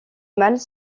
mâles